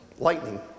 Lightning